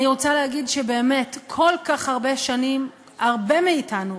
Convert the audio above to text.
אני רוצה להגיד שבאמת כל כך הרבה שנים הרבה מאתנו,